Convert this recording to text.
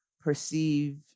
perceive